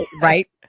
right